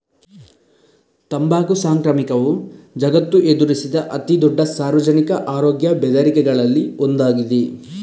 ತಂಬಾಕು ಸಾಂಕ್ರಾಮಿಕವು ಜಗತ್ತು ಎದುರಿಸಿದ ಅತಿ ದೊಡ್ಡ ಸಾರ್ವಜನಿಕ ಆರೋಗ್ಯ ಬೆದರಿಕೆಗಳಲ್ಲಿ ಒಂದಾಗಿದೆ